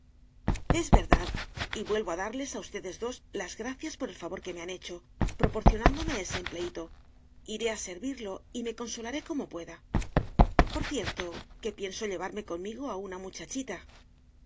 es verdad y vuelvo a darles a ustedes dos las gracias por el favor que me han hecho proporcionándome ese empleíto iré a servirlo y me consolaré como pueda por cierto que pienso llevarme conmigo a una muchachita